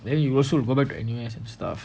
then you will also go back to N_U_S and stuff